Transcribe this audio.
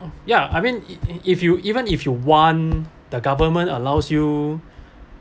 ya I mean it if you even if you want the government allows you